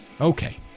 Okay